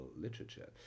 literature